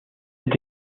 est